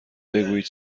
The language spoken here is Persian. بگویید